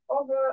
Over